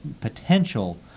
potential